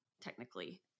technically